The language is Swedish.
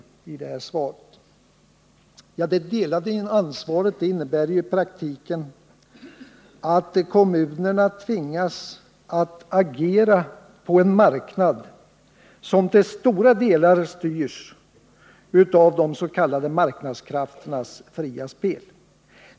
Det delade ansvaret innebär emellertid i praktiken att kommunerna tvingas att agera på en marknad som till stora delar styrs av de s.k. marknadskrafternas fria spel.